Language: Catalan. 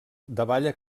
davalla